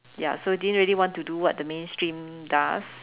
ya so didn't really want to do what the mainstream does